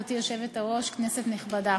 גברתי היושבת-ראש, תודה, כנסת נכבדה,